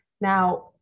Now